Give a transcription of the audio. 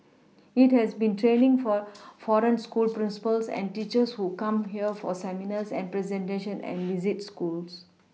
it has been training for foreign school principals and teachers who come here for seminars and presentation and visit schools